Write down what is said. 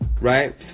right